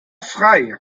frei